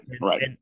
right